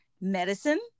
medicine